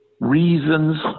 reasons